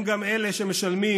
הם גם אלה שמשלמים